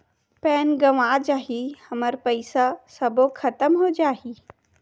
Pan गंवा जाही हमर पईसा सबो खतम हो जाही?